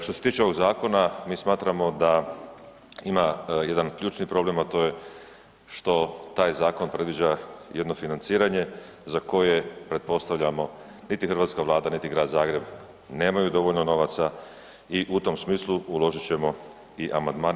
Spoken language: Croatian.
Što se tiče ovog zakona mi smatramo da ima jedan ključni problem, a to je što taj zakon predviđa jedno financiranje za koje pretpostavljamo niti Hrvatska vlada, niti Grad Zagreb nemaju dovoljno novaca i u tom smislu uložit ćemo i amandmane.